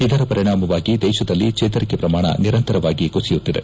ಇದರ ಪರಿಣಾಮವಾಗಿ ದೇಶದಲ್ಲಿ ಚೇತರಿಕೆ ಪ್ರಮಾಣ ನಿರಂತರವಾಗಿ ಕುಸಿಯುತ್ತಿದೆ